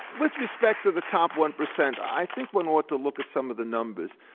with respect to the top one percent, i think one ought to look at some of the numbers.